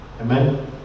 amen